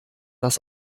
das